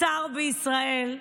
שר בישראל,